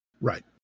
Right